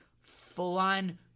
full-on